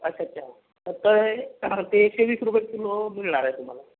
अच्छा अच्छा कसं आहे ते एकशे वीस रुपये किलो मिळणार आहे तुम्हाला